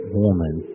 woman